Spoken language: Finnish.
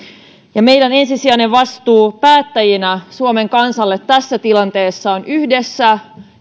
ja meidän ensisijainen vastuumme päättäjinä suomen kansalle tässä tilanteessa on yhdessä